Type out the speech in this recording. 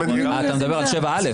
אתה מדבר על 7א?